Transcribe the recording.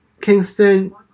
Kingston